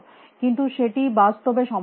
কিন্তু সেটি বাস্তবে সম্ভব নয়